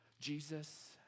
Jesus